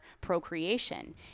procreation